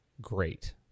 great